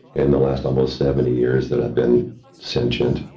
in the last almost seventy years that i've been sentient,